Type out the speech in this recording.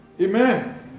Amen